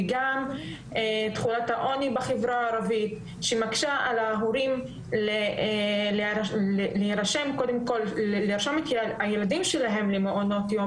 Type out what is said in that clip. וגם העוני בחברה הערבית מקשה על ההורים לרשום את הילדים שלהם למעונות יום